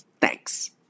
Thanks